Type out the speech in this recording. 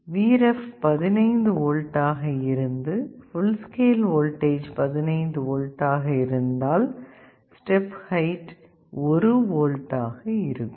Vref 15 volt ஆக இருந்து full scale voltage 15 volt ஆக இருந்தால் ஸ்டெப் ஹைட் 1 ஓல்ட் ஆக இருக்கும்